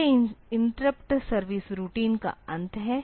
तो यह interrupt service routine का अंत है